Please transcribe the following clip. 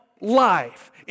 life